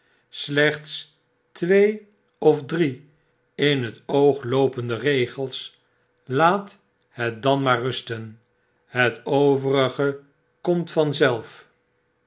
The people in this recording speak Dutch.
slecnts twee of drie in het oog loopende regels laat het dan maar rusten het overige komt vanzelf